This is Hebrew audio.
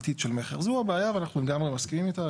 זו הבעיה ואנחנו מסכימים איתה.